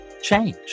change